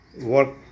work